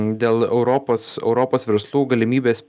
dėl europos europos verslų galimybės